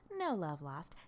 NOLOVELOST